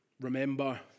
Remember